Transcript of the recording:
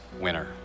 winner